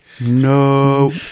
no